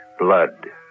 ...blood